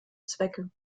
zwecke